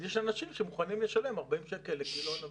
אז יש אנשים שמוכנים לשלם 40 שקלים לקילו ענבים.